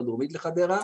לא דרומית לחדרה.